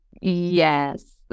Yes